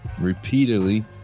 Repeatedly